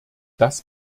das